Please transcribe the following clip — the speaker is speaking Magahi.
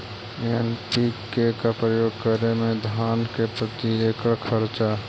एन.पी.के का प्रयोग करे मे धान मे प्रती एकड़ खर्चा?